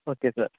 okay sir